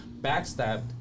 backstabbed